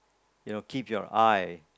you know keep your eye